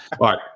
right